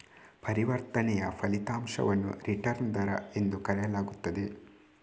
ಪರಿವರ್ತನೆಯ ಫಲಿತಾಂಶವನ್ನು ರಿಟರ್ನ್ ದರ ಎಂದು ಕರೆಯಲಾಗುತ್ತದೆ